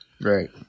Right